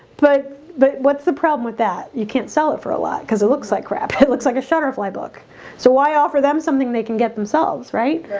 but but what's the problem with that? you can't sell it for a lot cuz it looks like crap. it looks like a shutterfly book so why offer them something they can get themselves? right?